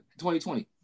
2020